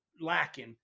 lacking